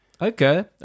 Okay